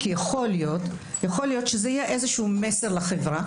כי יכול להיות שזה יהיה איזשהו מסר לחברה,